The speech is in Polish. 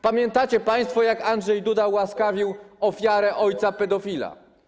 Pamiętacie państwo, jak Andrzej Duda ułaskawił ojca pedofila.